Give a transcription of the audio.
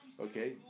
okay